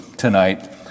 tonight